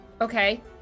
Okay